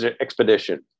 expedition